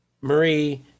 Marie